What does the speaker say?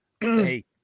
Hey